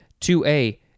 2A